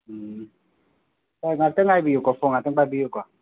ꯎꯝ ꯑꯥꯎ ꯉꯥꯛꯇꯪ ꯉꯥꯏꯕꯤꯌꯨꯀꯣ ꯐꯣꯟ ꯉꯥꯛꯇꯪ ꯄꯥꯏꯕꯤꯌꯨꯀꯣ